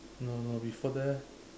no no before that eh